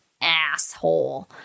asshole